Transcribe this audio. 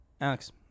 Alex